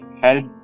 help